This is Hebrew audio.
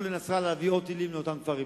לנסראללה להביא עוד טילים לאותם כפרים.